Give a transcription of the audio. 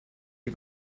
die